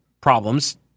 problems